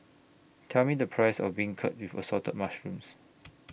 Tell Me The Price of Beancurd with Assorted Mushrooms